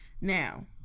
Now